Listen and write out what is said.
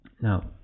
Now